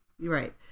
Right